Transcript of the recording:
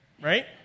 right